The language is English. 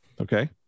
Okay